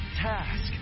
task